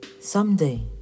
someday